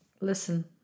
listen